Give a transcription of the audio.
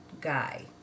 guy